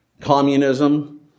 Communism